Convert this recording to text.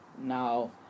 Now